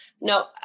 no